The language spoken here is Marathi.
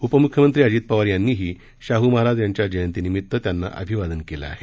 उपमुख्यमंत्री अजित पवार यांनीही शाह महाराज यांच्या जयंती निमित त्यांना अभिवादन केलं आहे